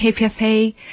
KPFA